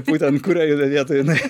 būtent kurioj yra vietoj jinai